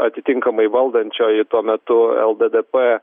atitinkamai valdančioji tuo metu el de de pe